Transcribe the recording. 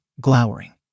glowering